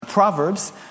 Proverbs